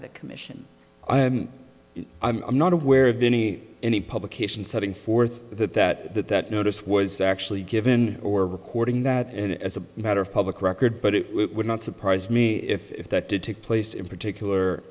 the commission i'm not aware of any any publication setting forth that that that that notice was actually given or recording that as a matter of public record but it would not surprise me if that did take place in particular